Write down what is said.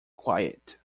quiet